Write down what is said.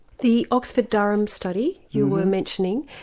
the oxford durham study you were mentioning,